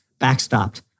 backstopped